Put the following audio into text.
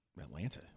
Atlanta